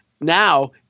now